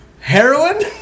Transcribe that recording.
heroin